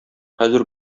хәзер